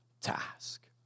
task